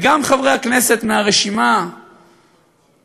וגם חברי הכנסת מהרשימה המשותפת,